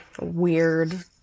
weird